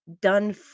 done